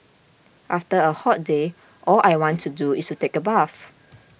after a hot day all I want to do is take a bath